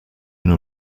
nos